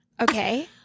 Okay